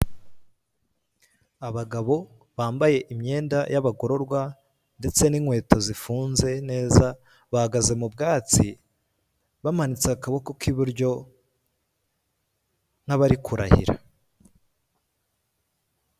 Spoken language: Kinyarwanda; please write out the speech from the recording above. Abagabo bambaye imyenda y'abagororwa ndetse n'inkweto zifunze neza bahagaze mu bwatsi bamanitse akaboko k'iburyo nk'abarikurarahira.